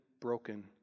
broken